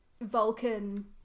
Vulcan